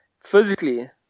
physically